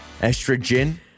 Estrogen